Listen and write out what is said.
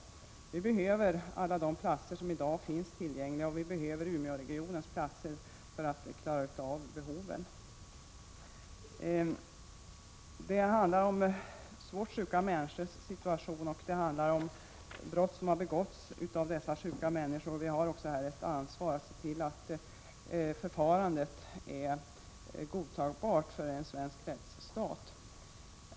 Vi behöver alla de platser som för närvarande finns tillgängliga, och vi behöver Umeåregionens platser för att klara ut behoven. Det handlar om svårt sjuka människors situation och om brott som har begåtts av dessa sjuka människor. Vi har här ett ansvar att se till att förfarandet är godtagbart för den svenska rättsstaten.